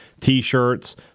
T-shirts